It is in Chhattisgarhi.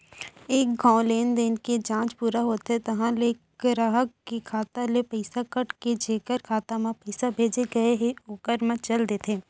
एक घौं लेनदेन के जांच पूरा होथे तहॉं ले गराहक के खाता ले पइसा कट के जेकर खाता म पइसा भेजे गए हे ओकर म चल देथे